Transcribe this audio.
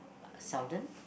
seldom